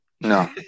No